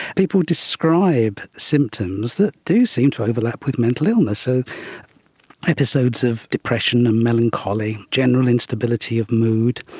people describe symptoms that do seem to overlap with mental illness, so episodes of depression and melancholy, general instability of mood,